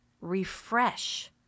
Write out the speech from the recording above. refresh